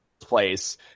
place